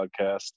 podcast